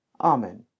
Amen